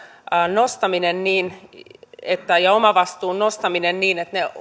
nostaminen ja omavastuun nostaminen että ne